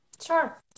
Sure